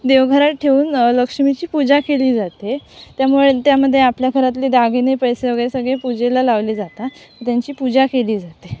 देवघरात ठेवून लक्ष्मीची पूजा केली जाते त्यामुळे त्यामध्ये आपल्या घरातले दागिने पैसे वगैरे सगळे पूजेला लावली जातात त्यांची पूजा केली जाते